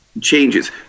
changes